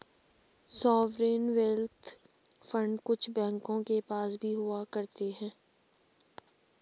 sovereign wealth fund कुछ बैंकों के पास भी हुआ करते हैं